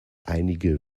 einige